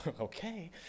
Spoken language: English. okay